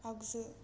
आगजु